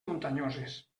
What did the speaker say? muntanyoses